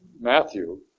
Matthew